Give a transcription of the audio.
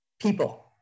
people